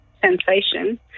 sensation